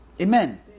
Amen